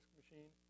machine